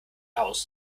aus